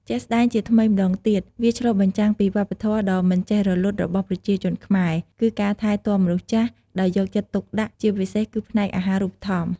ជាក់់ស្ដែង ជាថ្មីម្ដងទៀតវាឆ្លុះបញ្ចាំងពីវប្បធម៌ដ៏មិនចេះរលត់របស់ប្រជាជនខ្មែរ គឺការថែទាំមនុស្សចាស់ ដោយយកចិត្តទុកដាក់ជាពិសេសគឺផ្នែកអាហារូបត្ថម្ភ។